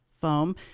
foam